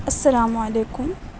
السلام علیکم